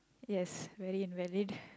yes very invalid